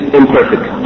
imperfect